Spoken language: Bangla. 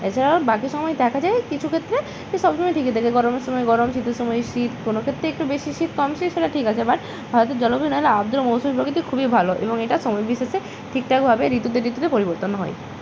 এছাড়াও বাকি সময় দেখা যায় কিছু ক্ষেত্রে যে সব সময়ই ঠিকই থাকে গরমের সময় গরম শীতের সময় শীত কোনো ক্ষেত্রেই একটু বেশি শীত কম শীত সেটা ঠিক আছে বাট ভারতের জলবায়ু নাহলে আর্দ্রীয় মৌসুমি প্রকিতির খুবই ভালো এবং এটা সময় বিশেষে ঠিকঠাকভাবে ঋতুতে ঋতুতে পরিবর্তন হয়